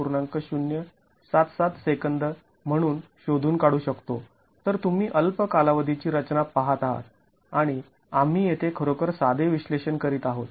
०७७ second म्हणून शोधून काढू शकतो तर तुम्ही अल्प कालावधी ची रचना पहात आहात आणि आम्ही येथे खरोखर साधे विश्लेषण करीत आहोत